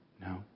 No